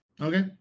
Okay